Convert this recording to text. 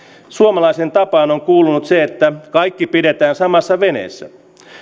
suomalaiseen tapaan on kuulunut se että kaikki pidetään samassa veneessä